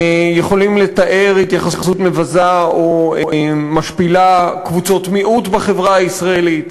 יכולים לתאר התייחסות מבזה או משפילה קבוצות מיעוט בחברה הישראלית,